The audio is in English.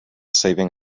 saving